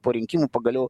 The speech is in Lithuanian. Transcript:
po rinkimų pagaliau